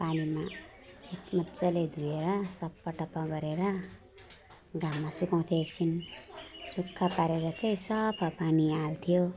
पानीमा मजाले धुएर सफाटफा गरेर घाममा सुकाउँथ्यो एकछिन सफा पारेर चाहिँ सफा पानी हाल्थ्यो